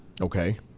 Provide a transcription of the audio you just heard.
Okay